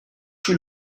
tue